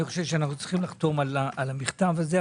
אני חושב שאנחנו צריכים לחתום על המכתב הזה,